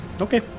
Okay